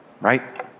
right